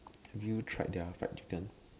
have you tried their fried chicken